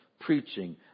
preaching